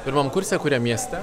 pirmam kurse kuriam mieste